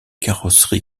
carrosseries